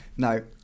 No